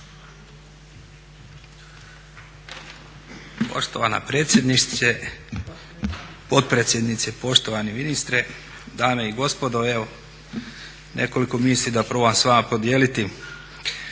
Poštovana potpredsjednice, poštovani ministre, dame i gospodo. Evo nekoliko misli da probam s vama podijeliti.